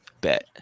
bet